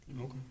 Okay